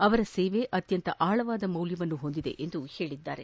ಅವರ ಸೇವೆ ಅತ್ಯಂತ ಆಳವಾದ ಮೌಲ್ಯವನ್ನು ಹೊಂದಿದೆ ಎಂದು ಹೇಳಿದ್ದಾರೆ